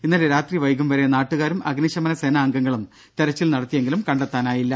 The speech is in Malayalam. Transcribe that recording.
ഇന്നലെ രാത്രി വൈകും വരെ നാട്ടുകാരും അഗ്നിശമനസേനാ അംഗങ്ങളും തെരച്ചിൽ നടത്തിയെങ്കിലും കണ്ടെത്താനായില്ല